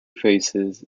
faces